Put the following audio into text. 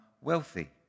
wealthy